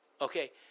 Okay